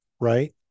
Right